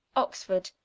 oxford,